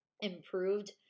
improved